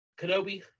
Kenobi